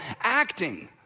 acting